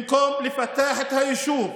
במקום לפתח את היישוב,